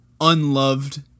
unloved